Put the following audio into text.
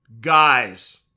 Guys